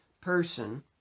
person